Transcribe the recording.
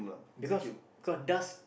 because cause dust